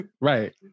Right